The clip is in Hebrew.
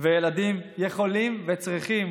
וילדים יכולים וצריכים